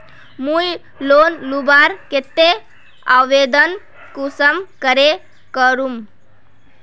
मुई लोन लुबार केते आवेदन कुंसम करे करूम?